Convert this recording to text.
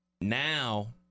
Now